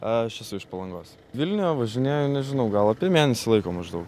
aš esu iš palangos vilniuje važinėju nežinau gal apie mėnesį laiko maždaug